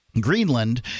greenland